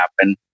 happen